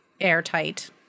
airtight